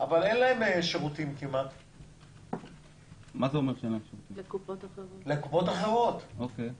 אבל לקופות אחרות כמעט אין שירותים.